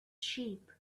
sheep